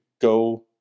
go